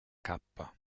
kappa